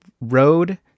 road